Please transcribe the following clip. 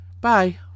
Bye